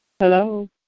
Hello